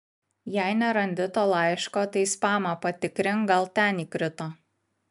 jei nerandi to laiško tai spamą patikrink gal ten įkrito